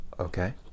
Okay